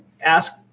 ask